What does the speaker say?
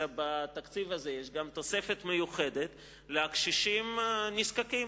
אלא בתקציב הזה יש גם תוספת מיוחדת לקשישים הנזקקים,